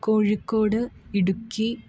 Kozhikode Idukki